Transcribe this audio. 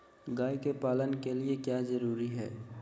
गाय के पालन के लिए क्या जरूरी है?